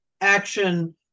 action